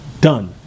done